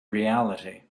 reality